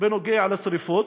בנוגע לשרפות,